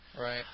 Right